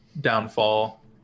downfall